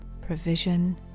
provision